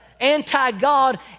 anti-God